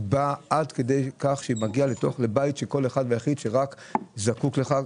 עד כדי כך שהיא מגיעה לבית של מישהו שזקוק לה.